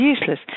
useless